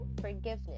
forgiveness